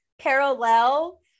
parallel